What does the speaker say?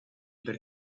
per